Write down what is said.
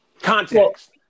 Context